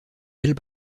elles